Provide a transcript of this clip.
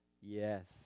Yes